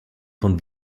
von